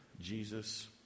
Jesus